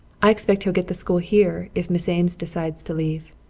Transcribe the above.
i expect he'll get the school here if miss ames decides to leave.